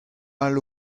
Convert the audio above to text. all